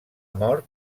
mort